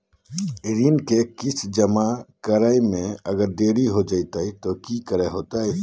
ऋण के किस्त जमा करे में अगर देरी हो जैतै तो कि होतैय?